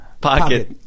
Pocket